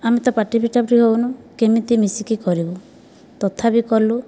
ଆମେ ତ ପାଟି ଫିଟାଫିଟି ହେଉନୁ କେମିତି ମିଶିକି କରିବୁ ତଥାପି କଲୁ